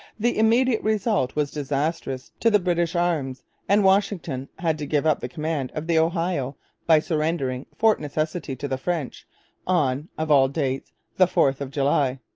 the immediate result was disastrous to the british arms and washington had to give up the command of the ohio by surrendering fort necessity to the french on of all dates the fourth of july!